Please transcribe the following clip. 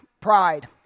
Pride